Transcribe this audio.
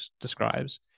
describes